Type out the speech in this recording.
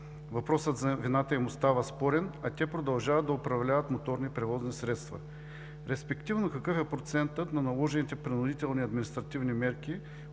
Въпросът за вината им остава спорен, а те продължават да управляват моторни превозни средства. Респективно, какъв е процентът на наложените принудителни административни мерки